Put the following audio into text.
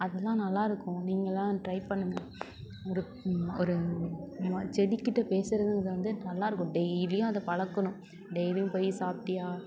அதெலாம் நல்லா இருக்கும் நீங்கள் எல்லாம் ட்ரைப் பண்ணுங்கள் ஒரு ஒரு ம செடிக்கிட்ட பேசுறதுங்கிறது வந்து நல்லா இருக்கும் டெய்லியும் அதை பழக்கணும் டெய்லியும் போய் சாப்பிட்டீயா